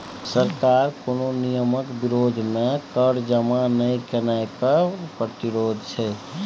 सरकार कोनो नियमक विरोध मे कर जमा नहि केनाय कर प्रतिरोध छै